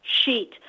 sheet